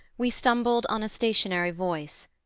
we stumbled on a stationary voice,